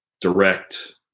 direct